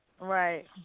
Right